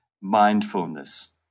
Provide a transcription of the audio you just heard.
mindfulness